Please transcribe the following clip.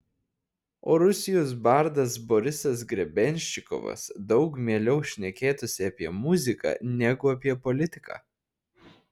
o rusijos bardas borisas grebenščikovas daug mieliau šnekėtųsi apie muziką negu apie politiką